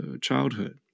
childhood